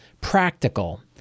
practical